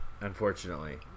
unfortunately